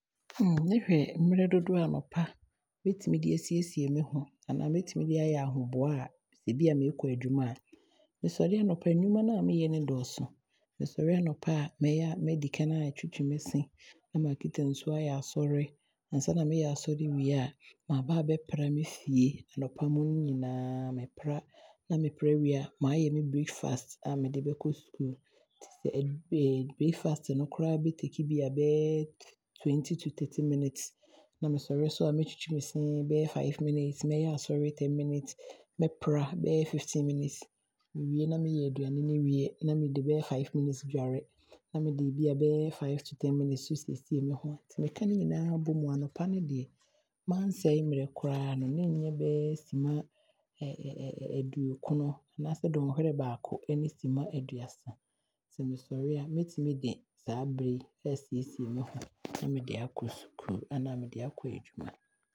Meehwɛ mmerɛ dodoɔ a anɔpa, mɛtumi de aasiesie me ho anaa mɛtumi de aayɛ ahoboa a sɛ bia meekɔ adwuma a, mesɔre anɔpa a nnwuma a meyɛ no dɔɔso. Mesɔre anɔpa a, mɛdi kane aatwitwi me se, na maakita nsuo aayɛ asɔre, ansa na meyɛ asɔre wie a, maaba aabɛpra me fie, anɔpa mu no nyinaa me pra, na me pra wei a maayɛ me breakfast a mede bɛkɔ Sukuu. Nti breakfast no koraa bɛ take 20 to 30 minutes, na mesɔre nso a mɛtwitwi me se bɛyɛ 5 minutes, mɛyɛ asɔre 19 minutes, mɛ pra bɛyɛ 15 minutes, me wie na meyɛ aduane no wie a, na mede bɛyɛ 5 minutes aadware, na me de bia bɛyɛ 5 to 10 minutes nso aasiesie me ho. Nti me ka ne nyinaa bɔ mu a, anɔpa no deɛ, mansɛe mmerɛ koraa no na nnyɛ bɛyɛ sima aduokron anaasɛ dɔnhwere baako ɛne sima aduasa. Sɛ mesɔre a, mɛtumi de saa berɛ yi aasiesie me ho, na me de aakɔ sukuu anaa me de aakɔ adwuma.